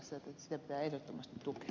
sitä pitää ehdottomasti tukea